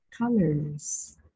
colors